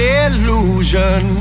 illusion